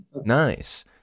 Nice